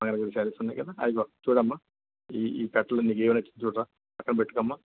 Mangalagiri saris ఉన్నాయి కదా అదిగో చూడు అమ్మా ఈ ఈ కట్టలో నీకు ఏది నచ్చిందో చూడురా పక్కన పెట్టుకో అమ్మా